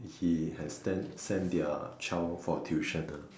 he has send send their child for tuition ah